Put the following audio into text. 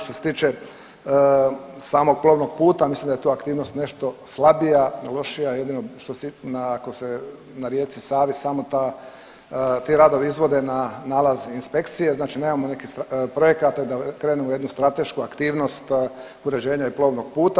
Što se tiče samog plovnog puta, mislim da je to aktivnost nešto slabija, lošija, jedino ako se na rijeci Savi samo ta, ti radovi izvode na nalazi inspekcije, znači nemamo nekih projekata da krenemo u jednu stratešku aktivnost uređenja i plovnog puta.